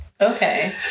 okay